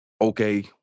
Okay